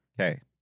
Okay